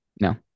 No